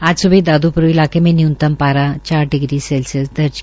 आज सुबह दादूपुर इलाके में न्यूनतम पारा चार डिग्री सैल्सियस दर्ज किया गया